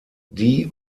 die